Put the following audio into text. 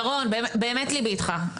ירון באמת ליבי איתך,